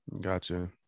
Gotcha